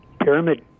Pyramid